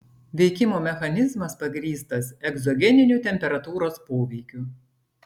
veikimo mechanizmas pagrįstas egzogeniniu temperatūros poveikiu